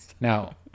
now